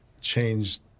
changed